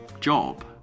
job